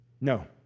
No